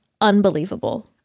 unbelievable